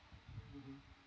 mmhmm